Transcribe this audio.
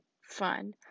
fun